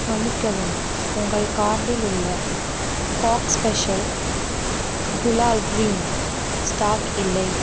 மன்னிக்கவும் உங்கள் கார்ட்டில் உள்ள காக் ஸ்பெஷல் குலால் க்ரீன் ஸ்டாக் இல்லை